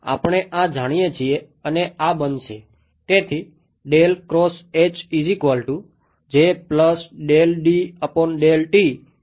આપણે આ જાણીએ છીએ અને આ બનશે